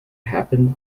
happened